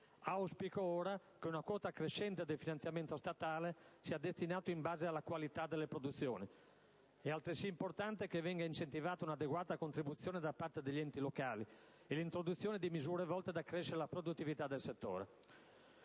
Auspico ora che una quota crescente del finanziamento statale sia destinata in base alla qualità delle produzioni. È altresì importante che venga incentivata un'adeguata contribuzione da parte degli enti locali, e l'introduzione di misure volte ad accrescere la produttività del settore.